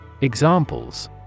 Examples